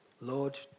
Lord